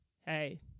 hey